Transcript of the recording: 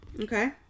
Okay